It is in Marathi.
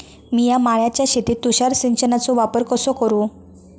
मिया माळ्याच्या शेतीत तुषार सिंचनचो वापर कसो करू?